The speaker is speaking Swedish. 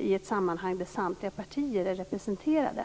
i ett sammanhang där samtliga partier är representerade.